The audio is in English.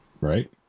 right